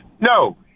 No